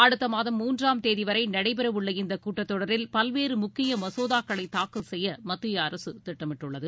அடுத்த மாதம் மூன்றாம் தேதி வரை நடைபெற உள்ள இந்தக் கூட்டத்தொடரில் பல்வேறு முக்கிய மசோதாக்களை தாக்கல் செய்ய மத்திய அரசு திட்டமிட்டுள்ளது